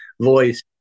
voice